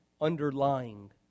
underlying